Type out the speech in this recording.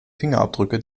fingerabdrücke